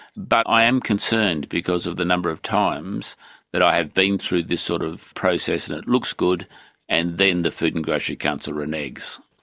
but i am concerned because of the number of times that i have been through this sort of process and it looks good and then the food and grocery council reneges.